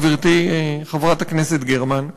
גברתי חברת הכנסת גרמן,